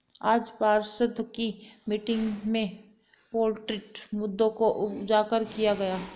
आज पार्षद की मीटिंग में पोल्ट्री मुद्दों को उजागर किया गया